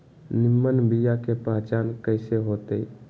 निमन बीया के पहचान कईसे होतई?